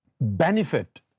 benefit